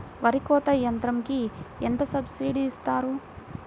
వరి కోత యంత్రంకి ఎంత సబ్సిడీ ఇస్తారు?